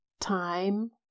time